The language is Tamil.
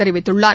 தெரிவித்துள்ளார்